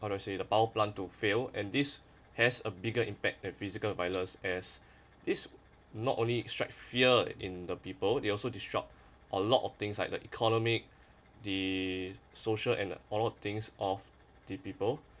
how do I say the power plant to fail and this has a bigger impact than physical violence as this not only strike fear in the people they also destroyed a lot of things like the economic the social and all things of the people